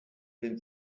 been